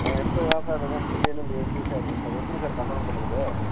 ஆ எடுத்துகிட்டுதான் சார் இருக்கேன் திடீரென்னு இப்படி இன்க்ரீஸ் ஆகிடுச்சி சார் எப்படி சார் கண்ட்ரோல் பண்ணுறது